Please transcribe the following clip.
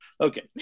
okay